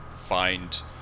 find